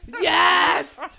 Yes